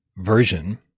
version